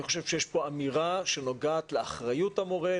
אני חושב שיש פה אמירה שנוגעת לאחריות המורה,